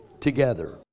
together